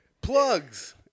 Plugs